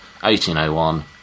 1801